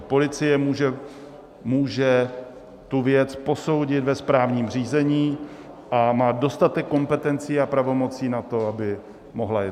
Policie může tu věc posoudit ve správním řízení a má dostatek kompetencí a pravomocí na to, aby mohla jednat.